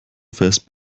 fest